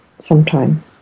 sometime